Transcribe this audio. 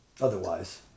Otherwise